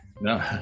No